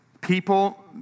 people